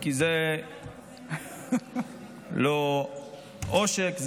כי זה לא עושק,